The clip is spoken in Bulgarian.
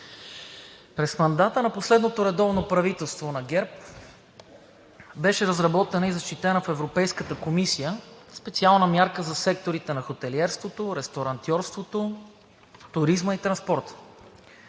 през мандата на последното редовно правителство на ГЕРБ беше разработена и защитена в Европейската комисия специална мярка за секторите на хотелиерството, ресторантьорството, туризма и транспорта.